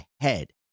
head